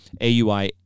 AUI